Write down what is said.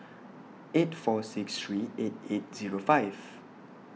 eight four six three eight eight Zero five